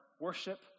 worship